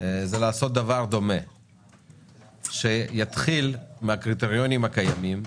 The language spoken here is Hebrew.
זה לעשות דבר דומה שיתחיל מהקריטריונים הקיימים,